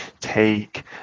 take